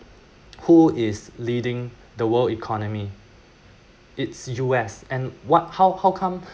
who is leading the world economy it's U_S and what how how come